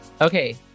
Okay